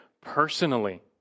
personally